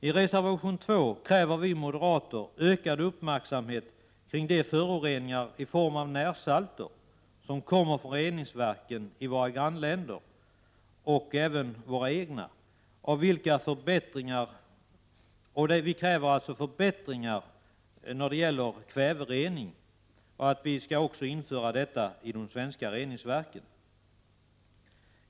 I reservation nr 2 kräver vi moderater ökad uppmärksamhet kring de föroreningar i form av närsalter som kommer från reningsverken såväl i Sverige som i våra grannländer, av vilka förbättringar krävs. Vi kräver också att kväverening införs i svenska reningsverk.